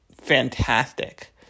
fantastic